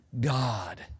God